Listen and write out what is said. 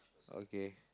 okay